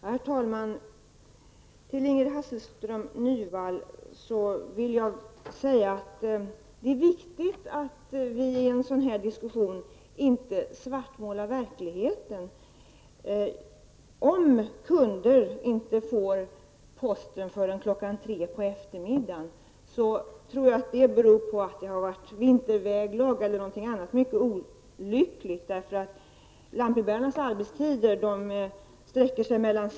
Herr talman! Till Ingrid Hasselström Nyvall vill jag säga att det är viktigt att inte svartmåla verkligheten i en diskussion av den här typen. Om kunder inte får sin post förrän efter kl. 15 beror det nog på att det har varit vinterväglag eller någonting sådant. Lantbrevbärarnas arbetstider sträcker sig mellan kl.